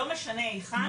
לא משנה היכן,